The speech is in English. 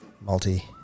Multi